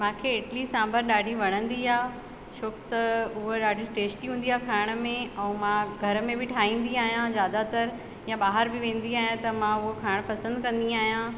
मूंखे इटली सांभर ॾाढी वणंदी आहे छो त हुअ ॾाढी टेस्टी हूंदी आहे खाइण में ऐं मां घर में बि ठाहींदी आहियां ज्यादातर या बाहर बि वेंदी आहियां त मां हुओ खाइण पसंदि कंदी आहियां